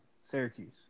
Syracuse